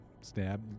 stab